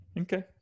Okay